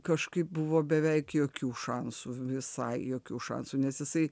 kažkaip buvo beveik jokių šansų visai jokių šansų nes jisai